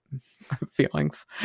feelings